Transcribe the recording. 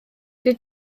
bydd